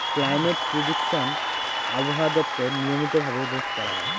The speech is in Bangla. ক্লাইমেট প্রেডিকশন আবহাওয়া দপ্তর নিয়মিত ভাবে রোজ করা হয়